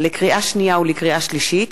לקריאה שנייה ולקריאה שלישית,